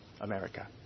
America